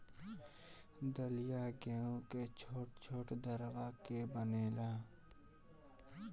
दलिया गेंहू के छोट छोट दरवा के बनेला